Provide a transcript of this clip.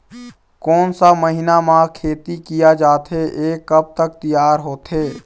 कोन सा महीना मा खेती किया जाथे ये कब तक तियार होथे?